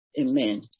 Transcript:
Amen